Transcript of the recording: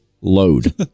load